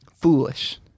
foolish